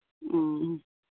ᱚ